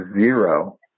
zero